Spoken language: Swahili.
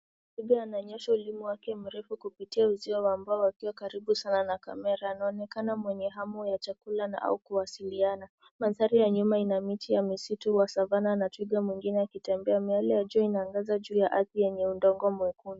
Twiga ananyoosha ulimi wake mrefu kupitia uzio wa mbao akiwa karibu sana na kamera anaoneka a mwenye hamu ya chakula au kuwasiliana. Mandhari ya nyuma ina miti wa msitu wa savana na twiga mwingine akitembea. Miale ya jua inaangaza juu ya arthi wenye udongo mwekundu.